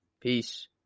peace